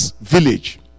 village